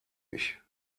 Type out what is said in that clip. ich